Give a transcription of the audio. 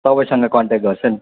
तपाईँसँग कन्ट्याक्ट गर्छु नि